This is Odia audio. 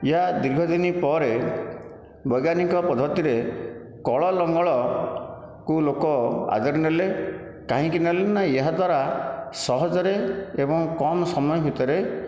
ଏହା ଦୀର୍ଘ ଦିନ ପରେ ବୈଜ୍ଞାନିକ ପଦ୍ଧତିରେ କଳ ଲଙ୍ଗଳକୁ ଲୋକ ଆଦରି ନେଲେ କାହିଁକି ନେଲେ ନା ଏହାଦ୍ଵାରା ସହଜରେ ଏବଂ କମ୍ ସମୟ ଭିତରେ